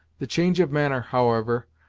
the change of manner, however,